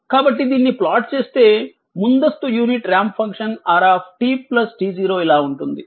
కాబట్టి దీన్ని ప్లాట్ చేస్తే ముందస్తు unit ramp function rt t0 ఇలా ఉంటుంది